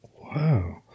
Wow